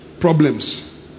problems